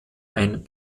ein